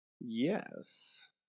Yes